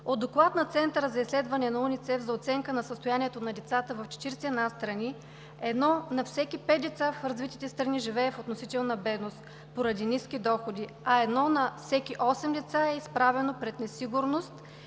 От доклад на Центъра за изследване на УНИЦЕФ за оценка на състоянието на децата в 41 страни, едно на всеки пет деца в развитите страни живее в относителна бедност поради ниски доходи, а едно на всеки осем деца е изправено пред несигурност